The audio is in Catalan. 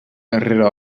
darrera